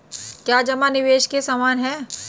क्या जमा निवेश के समान है?